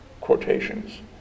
quotations